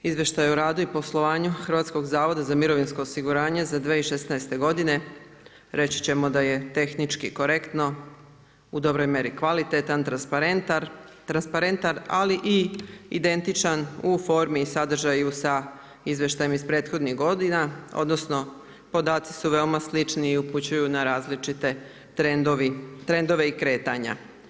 Izveštaj o radu i poslovanju Hrvatskog zavoda za mirovinsko osiguranje za 2016. godine reći ćemo da je tehnički korektno, u dobroj meri kvalitetan, transparentan, ali i identičan u formi i sadržaju sa izveštajem iz prethodnih godina, odnosno podaci su veoma slični i upućuju na različite trendove i kretanja.